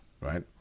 right